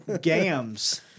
Gams